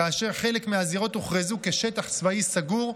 כאשר חלק מהזירות הוכרזו כשטח צבאי סגור,